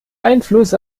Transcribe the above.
einfluss